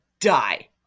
die